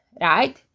right